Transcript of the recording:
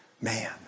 Man